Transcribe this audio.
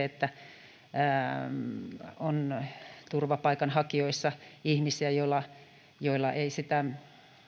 että turvapaikanhakijoissa on ihmisiä joilla joilla ei sitä